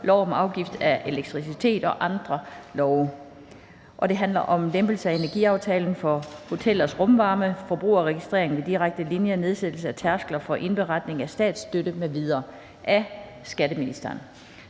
lov om afgift af elektricitet og forskellige andre love. (Lempelse af energiafgiften for hotellers rumvarme, forbrugsregistrering ved direkte linjer, nedsættelse af tærskler for indberetning af statsstøtte m.v.). Af skatteministeren